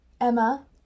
emma